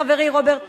חברי רוברט טיבייב.